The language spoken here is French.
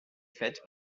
faite